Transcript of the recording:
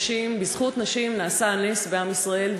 בזכות נשים נעשה הנס בעם ישראל,